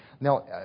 Now